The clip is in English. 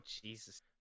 Jesus